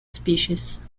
species